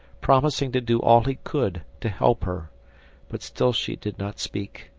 promising to do all he could to help her but still she did not speak.